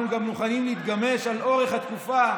אנחנו גם מוכנים להתגמש על אורך התקופה,